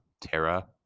terra